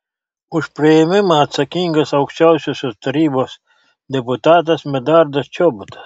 už priėmimą atsakingas aukščiausiosios tarybos deputatas medardas čobotas